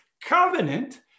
covenant